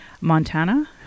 Montana